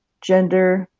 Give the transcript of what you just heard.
gender,